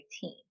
team